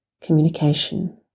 communication